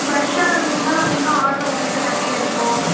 ஃப்ரெஷ்ஷாக இருந்துச்சுனா நாங்கள் இன்னும் ஆர்டரு உங்கள்கிட்ட நிறையா எடுப்போம்